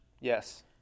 yes